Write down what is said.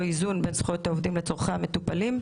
איזון בין זכויות העובדים לצרכי המטופלים.